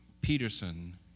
Peterson